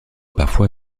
parfois